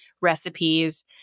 recipes